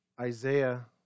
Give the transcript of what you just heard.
Isaiah